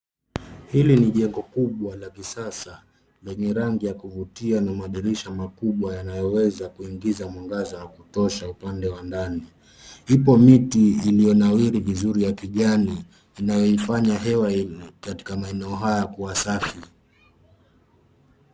Hili ni jengo kubwa la kisasa lenye rangi ya kuvutia na madirisha makubwa yanayoweza kuingiza mwangaza ya kutosha upande wa ndani. Ipo miti iliyonawiri vizuri ya kijani inayoifanya hewa katika maeneo haya kuwa safi.